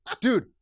Dude